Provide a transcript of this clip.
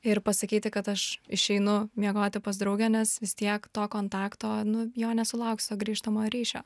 ir pasakyti kad aš išeinu miegoti pas draugę nes vis tiek to kontakto nu jo nesulauksiu grįžtamojo ryšio